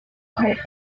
pulp